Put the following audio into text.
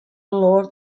lord